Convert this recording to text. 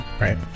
Right